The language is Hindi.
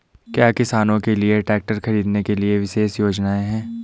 क्या किसानों के लिए ट्रैक्टर खरीदने के लिए विशेष योजनाएं हैं?